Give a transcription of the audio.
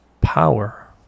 power